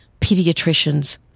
pediatricians